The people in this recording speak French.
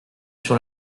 sur